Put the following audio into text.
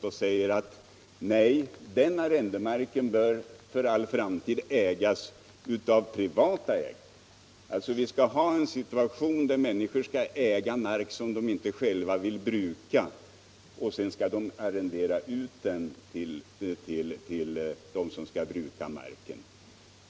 I stället säger man: Nej, den arrendemarken bör för all framtid ha privata ägare. Vi skall alltså ha en situation där människor skall äga mark som de inte själva vill bruka, och sedan skall de arrendera ut den till dem som skall bruka marken.